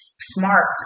smart